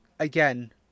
Again